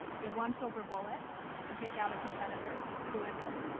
you have one silver bullet to take out a competitor, who is it?